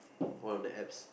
all the apps